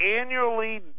annually